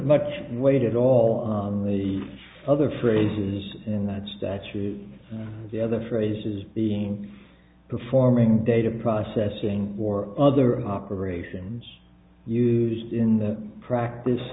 much weight at all on the other phrases in that statue the other phrases being performing data processing or other operations used in the practice